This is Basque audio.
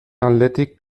aldetik